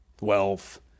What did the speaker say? wealth